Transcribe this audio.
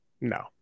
No